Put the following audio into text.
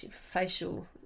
facial